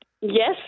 Yes